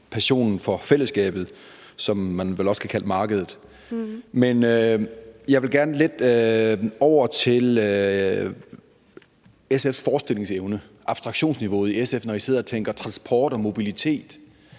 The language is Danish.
passionen for fællesskabet, som man vel også kan kalde markedet. Men jeg vil gerne lidt over til SF's forestillingsevne, abstraktionsniveauet i SF, når I sidder og tænker transport og mobilitet,